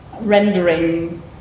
rendering